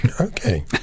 Okay